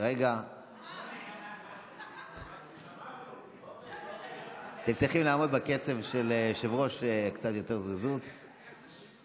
להחיל דין רציפות על הצעת חוק